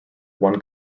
one